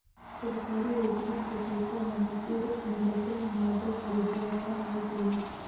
सरकारी योजना के पइसा ल नगदी रूप में बंटई में अब्बड़ फरजीवाड़ा होवत रहिस